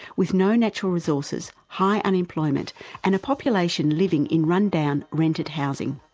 with no natural resources, high unemployment and a population living in run-down, rented housing.